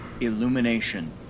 Illumination